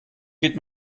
geht